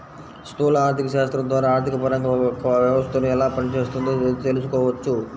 స్థూల ఆర్థికశాస్త్రం ద్వారా ఆర్థికపరంగా ఒక వ్యవస్థను ఎలా పనిచేస్తోందో తెలుసుకోవచ్చు